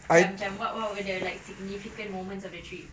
macam macam what what would err the like significant moments of the trip